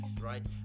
right